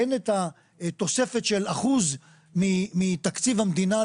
אין התוספת של האחוז מתקציב המדינה.